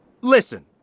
Listen